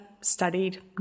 studied